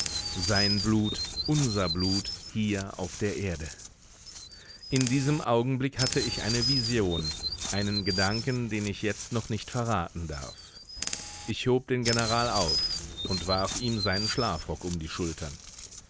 sein blut unser blut hier auf der erde in diesem augenblick hatte ich eine vision einen gedanken den ich jetzt noch nicht verraten darf ich hob den general auf und warf ihm seinen schlafrock um die schultern